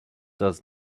does